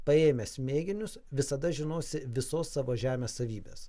paėmęs mėginius visada žinosi visos savo žemės savybes